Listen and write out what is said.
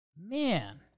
Man